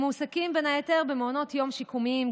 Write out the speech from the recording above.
הם מועסקים בן היתר במעונות יום שיקומיים,